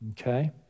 okay